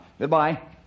Goodbye